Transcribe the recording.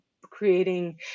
creating